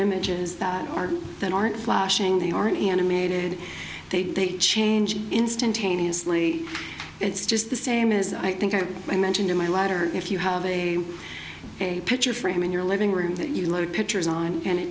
images that aren't that aren't flashing they aren't animated they change instantaneously it's just the same as i think i mentioned in my letter if you have a picture frame in your living room that you load pictures on and it